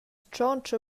tschontscha